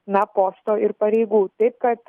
na posto ir pareigų taip kad